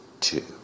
two